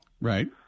Right